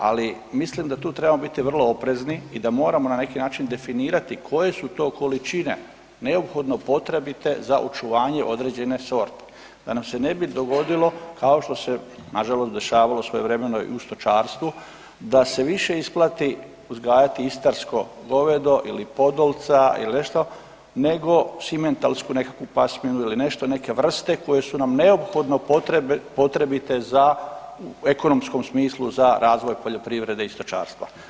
Ali mislim da tu trebamo biti vrlo oprezni i da moramo na neki način definirati koje su to količine neophodno potrebite za očuvanje određene sorte da nam se ne bi dogodilo kao što se nažalost dešavalo svojevremeno i u stočarstvu, da se više isplati uzgajati istarsko govedo ili podolca ili nešto nego simentalsku nekakvu pasminu ili nešto neke vrste koje su nam neophodno potrebite u ekonomskom smislu za razvoj poljoprivrede i stočarstva.